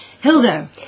Hilda